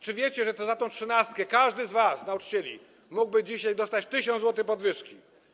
Czy wiecie, że za tę trzynastkę każdy z was, nauczycieli, mógłby dzisiaj dostać 1000 zł podwyżki?